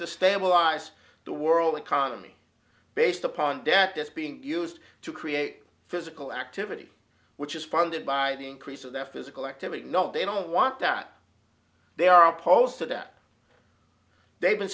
to stabilize the world economy based upon debt this being used to create physical activity which is funded by the increase of their physical activity not they don't want that they are opposed to that they've been